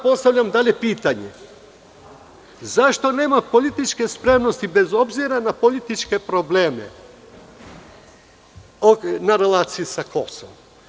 Postavljam pitanje – zašto nema političke spremnosti, bez obzira na političke probleme na relaciji sa Kosovom?